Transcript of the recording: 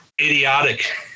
idiotic